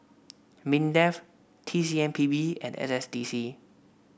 Mindef T C M P B and S S D C